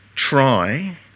try